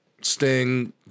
Sting